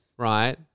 Right